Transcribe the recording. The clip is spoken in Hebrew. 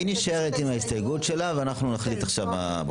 נשארת עם ההסתייגות שלה ואנחנו נחליט עכשיו.